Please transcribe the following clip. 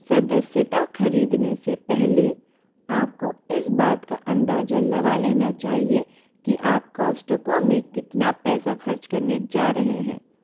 सदस्यता खरीदने से पहले आपको इस बात का अंदाजा लगा लेना चाहिए कि आप कॉस्टको में कितना पैसा खर्च करने जा रहे हैं